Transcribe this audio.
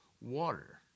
water